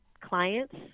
clients